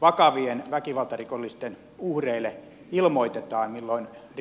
vakavien väkivaltarikosten uhreille ilmoitetaan milloin rikollinen vapautuu vankilasta